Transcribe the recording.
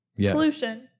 Pollution